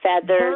feathers